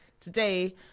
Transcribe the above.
today